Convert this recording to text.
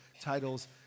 titles